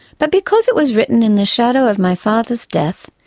but because it was written in the shadow of my father's death,